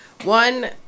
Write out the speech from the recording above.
One